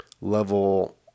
Level